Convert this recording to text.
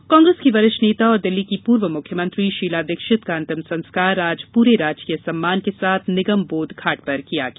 निधन कांग्रेस की वरिष्ठ नेता और दिल्ली की पूर्व मुख्यमंत्री शीला दीक्षित का अंतिम संस्कार आज पूरे राजकीय सम्मान के साथ निगम बोध घाट पर किया गया